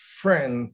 friend